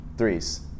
threes